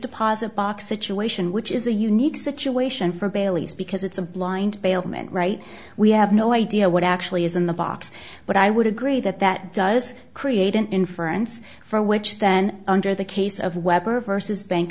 deposit box situation which is a unique situation for bailey's because it's a blind ailment right we have no idea what actually is in the box but i would agree that that does create an inference for which then under the case of webber vs bank